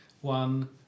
one